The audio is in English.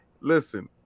Listen